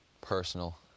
personal